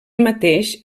mateix